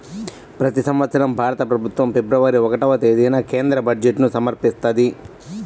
ప్రతి సంవత్సరం భారత ప్రభుత్వం ఫిబ్రవరి ఒకటవ తేదీన కేంద్ర బడ్జెట్ను సమర్పిస్తది